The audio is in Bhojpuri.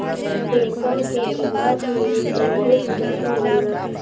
रेशम के कीड़ा के कईगो प्रजाति मिलेला